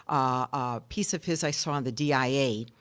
um a piece of his i saw in the d i a,